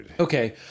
Okay